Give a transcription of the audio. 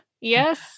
Yes